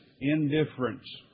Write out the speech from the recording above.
indifference